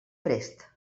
prest